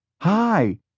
Hi